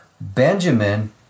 Benjamin